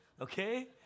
okay